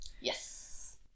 Yes